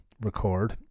record